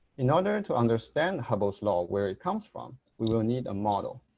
in order to understand hubble's law where it comes from, we will need a model